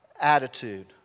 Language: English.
attitude